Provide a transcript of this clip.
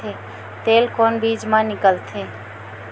तेल कोन बीज मा निकलथे?